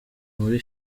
muri